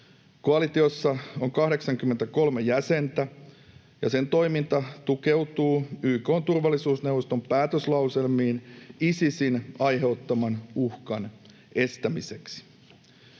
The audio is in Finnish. Koalitiossa on 83 jäsentä, ja sen toiminta tukeutuu YK:n turvallisuusneuvoston päätöslauselmiin Isisin aiheuttaman uhkan estämiseksi.